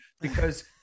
because-